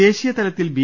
ദേശീയതലത്തിൽ ബി